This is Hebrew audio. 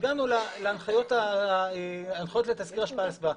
שהגענו להנחיות לתסקיר השפעה על הסביבה.